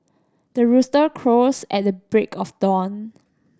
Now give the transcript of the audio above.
the rooster crows at the break of dawn